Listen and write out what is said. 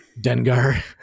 Dengar